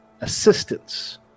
assistance